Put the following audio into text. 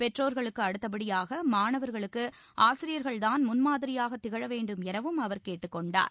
பெற்றோர்களுக்கு அடுத்தபடியாக மாணவர்களுக்கு ஆசிரியர்கள் தான் முன்மாதிரியாகத் திகழ வேண்டும் எனவும் அவர் கேட்டுக் கொண்டார்